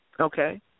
okay